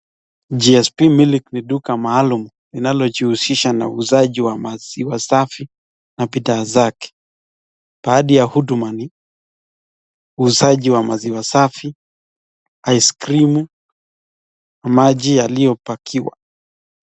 GSP Milk ni duka maalum inalo jihusisha na uuzaji wa maziwa safi na bidhaa zake. Baadhi ya huduma ni uuzaji wa maziwa safi, ice crimu na maji yaliyopakiwa.